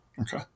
Okay